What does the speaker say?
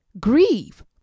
grieve